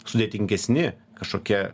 sudėtingesni kažkokie